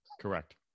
Correct